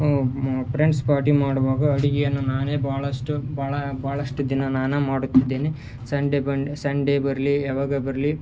friends party ಮಾಡುವಾಗ ಅಡುಗೆಯನ್ನು ನಾನೇ ಭಾಳಷ್ಟು ಭಾಳ ಬಹಳಷ್ಟು ದಿನ ನಾನು ಮಾಡುತ್ತಿದ್ದೇನೆ ಸಂಡೆ ಮಂಡೆ ಸಂಡೇ ಬರಲಿ ಯಾವಾಗ ಬರಲಿ